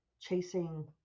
chasing